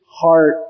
heart